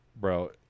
Bro